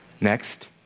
Next